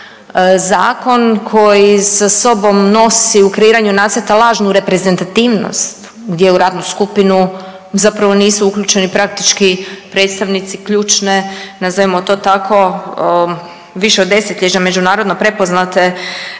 zakon koji sa sobom nosi u kreiranju nacrta lažnu reprezentativnost gdje u radnu skupinu zapravo nisu uključeni praktički predstavnici ključne nazovimo to tako više od desetljeća međunarodno prepoznate